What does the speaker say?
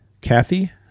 Kathy